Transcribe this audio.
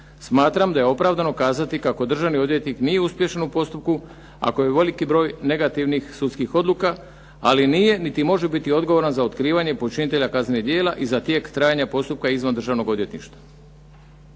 Smatram da je opravdano kazati kako državni odvjetnik nije uspješan u postupku ako je veliki broj negativnih sudskih odluka, ali nije niti može biti odgovoran za otkrivanje počinitelja kaznenih djela i za tijek trajanja postupka izvan Državnog odvjetništva.